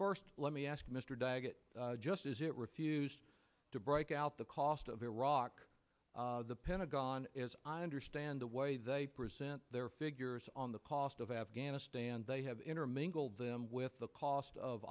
first let me ask mr daggett just as it refused to break out the cost of iraq the pentagon as i understand the way they present their figures on the cost of afghanistan they have intermingled them with the cost of